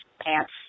pants